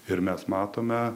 ir mes matome